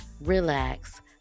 relax